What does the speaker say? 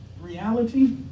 reality